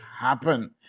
happen